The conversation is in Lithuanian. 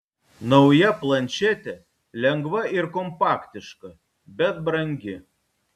nauja plančetė lengva ir kompaktiška bet brangi